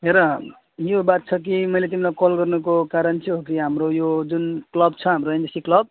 हेर यो बात छ कि मैले तिमीलाई कल गर्नुको कारण चाहिँ हो कि हाम्रो यो जुन क्लब छ हाम्रो एनएसजी क्लब